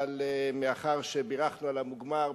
אבל מאחר שבירכנו על המוגמר,